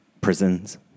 prisons